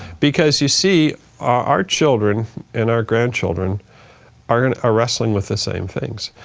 because you see our children and our grandchildren are and ah wrestling with the same things.